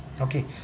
okay